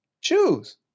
Choose